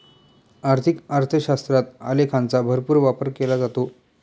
आर्थिक अर्थशास्त्रात आलेखांचा भरपूर वापर केला जातो